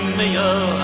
meilleur